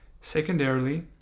Secondarily